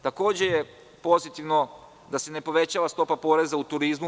Takođe je pozitivno da se ne povećava stopa poreza u turizmu.